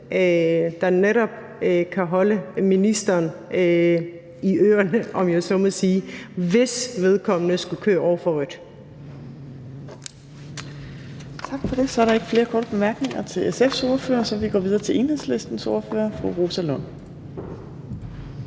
der netop kan holde ministeren i ørerne, om jeg så må sige, hvis vedkommende skulle køre over for rødt. Kl. 15:11 Fjerde næstformand (Trine Torp): Tak for det. Så er der ikke flere korte bemærkninger til SF's ordfører, og så går vi videre til Enhedslistens ordfører, fru Rosa Lund.